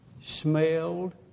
smelled